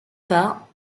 pas